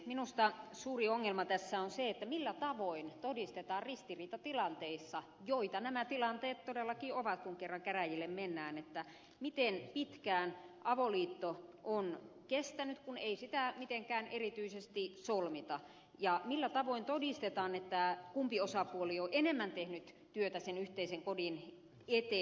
minusta suuri ongelma tässä on se millä tavoin todistetaan ristiriitatilanteissa joita nämä tilanteet todellakin ovat kun kerran käräjille mennään miten pitkään avoliitto on kestänyt kun ei sitä mitenkään erityisesti solmita ja millä tavoin todistetaan kumpi osapuoli on enemmän tehnyt työtä sen yhteisen kodin eteen